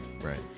Right